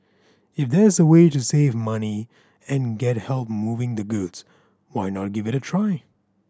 if there's a way to save money and get help moving the goods why not give it a try